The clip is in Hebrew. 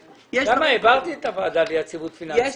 העברתי את הוועדה ליציבות פיננסית.